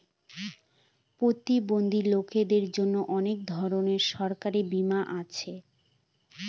প্রতিবন্ধী লোকদের জন্য অনেক ধরনের সরকারি বীমা আছে